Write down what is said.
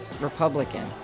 republican